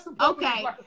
okay